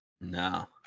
No